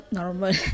normal